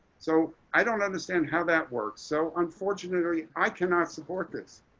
so i don't understand how that works. so unfortunately i cannot support this